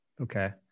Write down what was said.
Okay